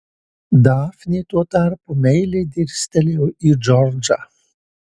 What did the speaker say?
dafnė tuo tarpu meiliai dirstelėjo į džordžą